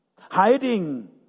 hiding